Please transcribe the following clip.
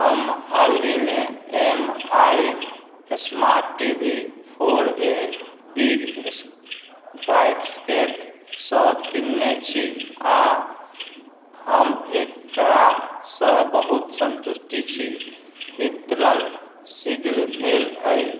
हम हालहिमे M I smart T V four A big स बास्केटसँ कीनने छी आ हम एकरासँ बहुत संतुष्टि छी वितरण शीघ्र भेल अइ